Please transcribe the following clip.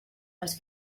els